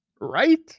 Right